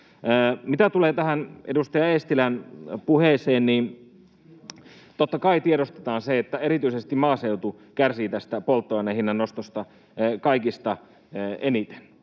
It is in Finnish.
Mitä tulee tähän edustaja Eestilän puheeseen, niin totta kai tiedostetaan se, että erityisesti maaseutu kärsii tästä polttoaineen hinnannostosta kaikista eniten.